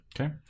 Okay